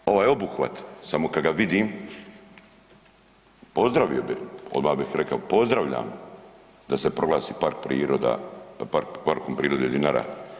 Ali ovaj obuhvat samo kad ga vidim pozdravio bi, odma bih rekao pozdravljam da se proglasi park priroda, da Parkom prirode Dinara.